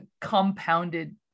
compounded